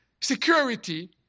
security